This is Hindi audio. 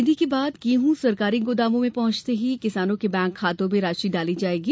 खरीदी के बाद गेहूं सरकारी गोदामों में पहुंचते ही किसानों के बैंक खातों में राशि डाली जायेगी